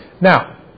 Now